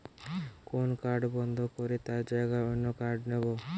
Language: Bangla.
কোন কার্ড বন্ধ করে তার জাগায় অন্য কার্ড নেব